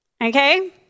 Okay